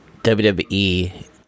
WWE